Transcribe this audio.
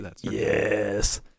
yes